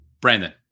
Brandon